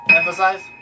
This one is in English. Emphasize